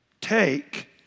take